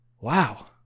wow